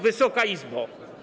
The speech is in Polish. Wysoka Izbo!